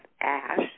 ash